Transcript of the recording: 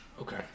Okay